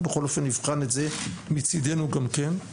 אנחנו בכל אופן נבחן את זה מצידנו גם כן.